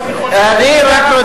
היום יש "גראדים".